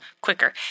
quicker